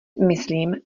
myslím